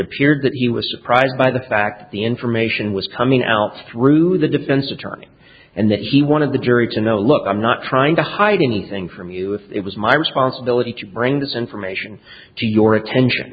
appeared that he was surprised by the fact the information was coming out through the defense attorneys and that she wanted the jury to know look i'm not trying to hide anything from you if it was my responsibility to bring this information to your attention